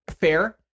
fair